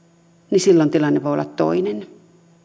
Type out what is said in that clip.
niin silloin tilanne voi olla toinen